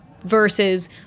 versus